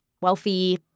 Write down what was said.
wealthy